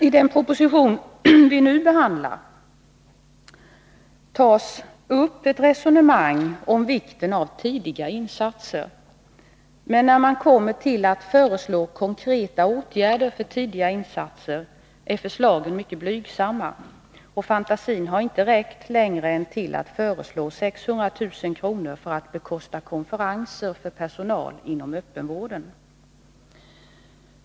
I den proposition som vi nu behandlar tas upp ett resonemang om vikten av tidiga insatser. Men när man kommer dithän att man skall föreslå konkreta åtgärder för tidiga insatser, är förslagen mycket blygsamma. Fantasin har inte räckt längre än till ett förslag om 600 000 kr. för att bekosta konferenser för personal inom öppenvården.